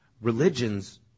Religions